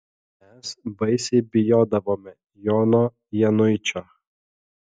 mes baisiai bijodavome jono januičio